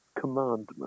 commandment